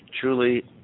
truly